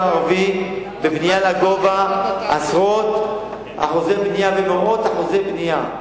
הערבי בבנייה לגובה עשרות אחוזי בנייה ומאות אחוזי בנייה,